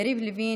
יריב לוין,